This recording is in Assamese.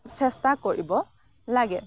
চেষ্টা কৰিব লাগে